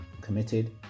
committed